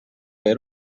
fer